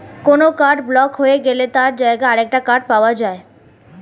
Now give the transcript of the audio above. কোনো card block হয়ে গেলে তার জায়গায় আরেকটা কার্ড পাওয়া যায়